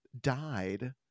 died